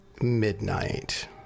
midnight